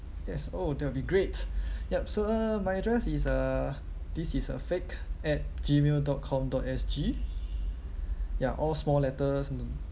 yes oh that will be great yup so uh my address is uh this is a fake at Gmail dot com dot S_G ya all small letters